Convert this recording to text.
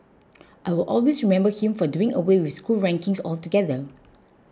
I will always remember him for doing away with school rankings altogether